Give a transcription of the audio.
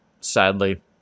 Sadly